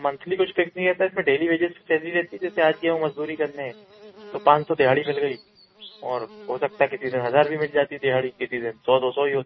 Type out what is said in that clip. monthly कुछ fix नहीं है सर इसमें डेली वेजेस सैलरी रहती जैसे आज गया हूँ मज़दूरी करने तो पाँच सौ दिहाड़ी मिल गई और हो सकता है किसी दिन हज़ार भी मिल जाती दिहाड़ी किसी दिन सौ दो सौ ही होती है